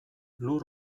lur